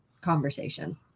conversation